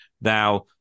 Now